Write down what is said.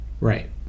Right